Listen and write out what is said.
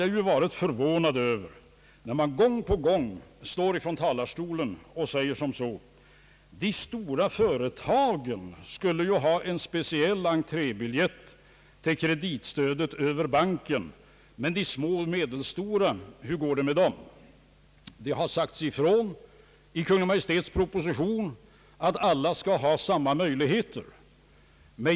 Jag har vidare förvånat mig över att de föregående talarna gång på gång framhållit att de stora företagen skulle ha en speciell entrébiljett till kreditstödet via investeringsbanken medan de oroat sig över hur det skulle gå för de mindre och medelstora företagen. Det har i Kungl. Maj:ts proposition uttalats att alla företag skall ha samma möjligheter.